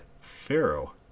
Pharaoh